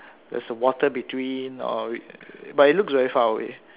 there's a water between or but it looks very far away